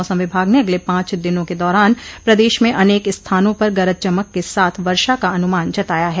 मौसम विभाग ने अगले पांच दिनों के दौरान प्रदेश में अनेक स्थानों पर गरज चमक के साथ वर्षा का अनुमान जताया है